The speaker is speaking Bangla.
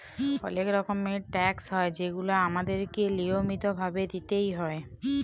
অলেক রকমের ট্যাকস হ্যয় যেগুলা আমাদেরকে লিয়মিত ভাবে দিতেই হ্যয়